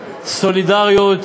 סולידריות